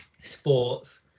sports